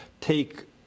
take